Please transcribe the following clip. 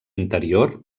interior